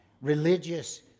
religious